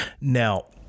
Now